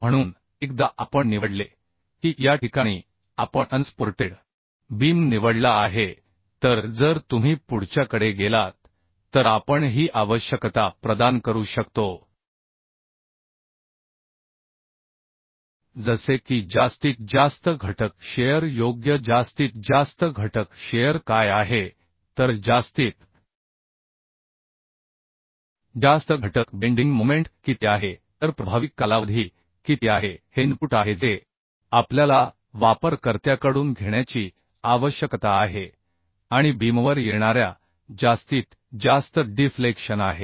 म्हणून एकदा आपण निवडले की या ठिकाणी आपण अनसपोर्टेड बीम निवडला आहे तर जर तुम्ही पुढच्याकडे गेलात तर आपण ही आवश्यकता प्रदान करू शकतो जसे की जास्तीत जास्त घटक शिअर योग्य जास्तीत जास्त घटक शिअर काय आहे तर जास्तीत जास्त घटक बेंडिंग मोमेंट किती आहे तर प्रभावी कालावधी किती आहे हे इनपुट आहे जे आपल्याला वापरकर्त्याकडून घेण्याची आवश्यकता आहे आणि बीमवर येणाऱ्या जास्तीत जास्त डिफ्लेक्शन आहे